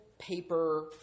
Paper